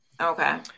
Okay